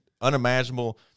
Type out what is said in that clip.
unimaginable